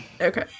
Okay